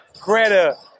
Greta